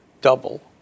double